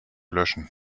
löschen